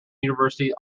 university